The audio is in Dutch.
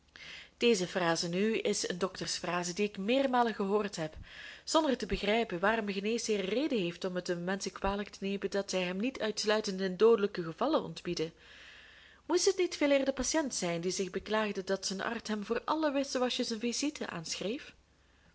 deze phrase nu is een doktersphrase die ik meermalen gehoord heb zonder te begrijpen waarom een geneesheer rede heeft om het den menschen kwalijk te nemen dat zij hem niet uitsluitend in doodelijke gevallen ontbieden moest het niet veeleer de patiënt zijn die zich beklaagde dat zijn arts hem voor alle wissewasjes een visite aanschreef